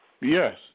Yes